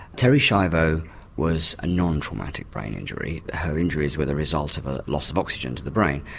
terry schiavo was a non-traumatic brain injury, her injuries were the result of ah loss of oxygen to the brain.